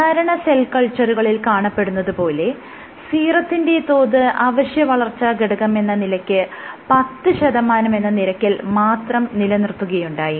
സാധാരണ സെൽ കൾച്ചറുകളിൽ കാണപ്പെടുന്നത് പോലെ സീറത്തിന്റെ തോത് അവശ്യ വളർച്ച ഘടകമെന്ന നിലയ്ക്ക് പത്ത് ശതമാനം എന്ന നിരക്കിൽ മാത്രം നിലനിർത്തുകയുണ്ടായി